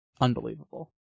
Unbelievable